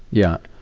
yeah.